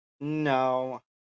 no